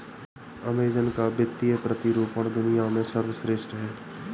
Amazon का वित्तीय प्रतिरूपण दुनिया में सर्वश्रेष्ठ है